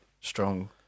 strong